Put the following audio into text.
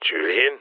Julian